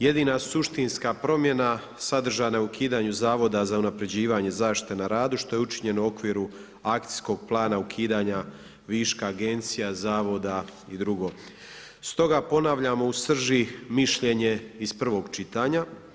Jedina suštinska promjena sadržana je u ukidanju Zavoda za unapređivanje zaštite na radu što je učinjeno u okviru akcijskog plana ukidanja viška agencija, zavoda i dr. Stoga ponavljamo u srži mišljenje iz prvog čitanja.